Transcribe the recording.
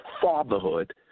fatherhood